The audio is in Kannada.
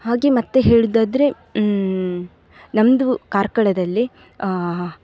ಹಾಗೇ ಮತ್ತು ಹೇಳೋದಾದ್ರೆ ನಮ್ಮದು ಕಾರ್ಕಳದಲ್ಲಿ